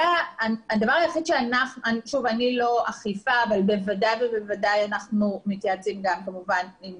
אני לא באכיפה אבל בוודאי אנחנו מתייעצים כמובן גם עם